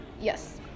Yes